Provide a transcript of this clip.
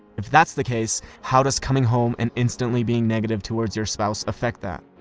if that's the case, how does coming home and instantly being negative towards your spouse affect that?